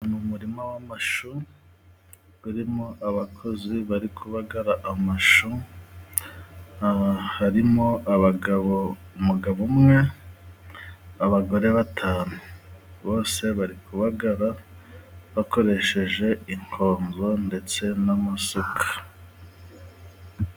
Ni umurima w'amashu urimo abakozi bari kubagara amashu, harimo abagabo, umugabo umwe, abagore batanu, bose bari kubagara bakoresheje inkonzo ndetse n'amasuka.